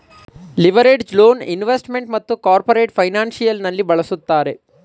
leveraged loan investment ಮತ್ತು corporate financial ನಲ್ಲಿ ಬಳಸುತ್ತಾರೆ